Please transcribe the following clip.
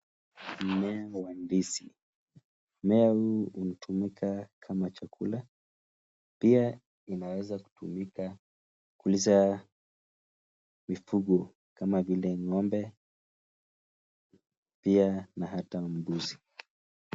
Mmea wa ndizi. Mmea huu hutumika kama chakula. Pia, inaweza kutumika kulisha mifugo kama vile ng'ombe pia na hata mbuzi.